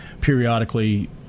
periodically